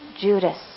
Judas